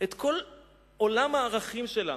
את כל עולם הערכים שלנו.